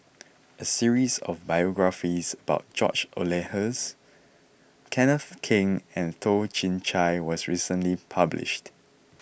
A series of biographies about George Oehlers Kenneth Keng and Toh Chin Chye was recently published